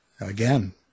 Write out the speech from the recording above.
again